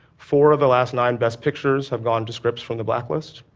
four of the last nine best pictures have gone to scripts from the black list,